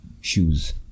shoes